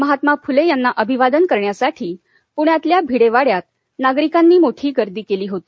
महात्मा फूले यांना अभिवादन करण्यासाठी पृण्यातल्या भिडे वाड्यात नागरिकांनी मोठी गर्दी केली होती